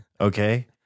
Okay